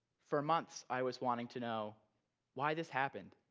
for months, i was wanting to know why this happened.